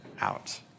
out